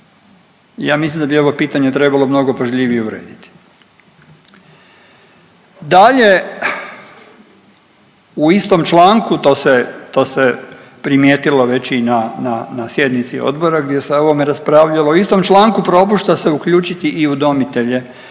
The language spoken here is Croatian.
Ja mislim da bi ovo pitanje trebalo mnogo pažljivije urediti. Dalje, u istom članku to se, to se primijetilo već i na sjednici odbora gdje se o ovome raspravljalo u istom članku propušta se uključiti i udomitelje